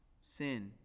sin